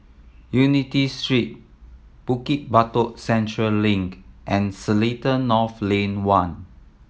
Unity Street Bukit Batok Central Link and Seletar North Lane One